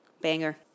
Banger